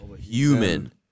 human